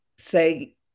say